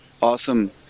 awesome